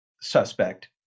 suspect